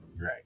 Right